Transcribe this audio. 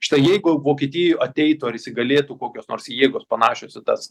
štai jeigu vokietijoj ateitų ar įsigalėtų kokios nors jėgos panašios į tas